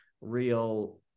real